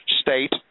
state